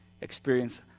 experience